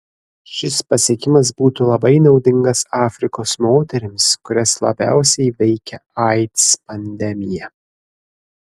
šis pasiekimas būtų labai naudingas afrikos moterims kurias labiausiai veikia aids pandemija